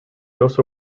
also